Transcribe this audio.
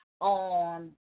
on